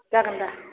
जागोन दा